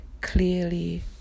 clearly